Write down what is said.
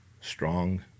strong